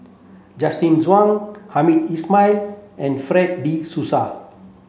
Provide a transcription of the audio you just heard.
Justin Zhuang Hamed Ismail and Fred de Souza